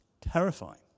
Terrifying